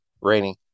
rainy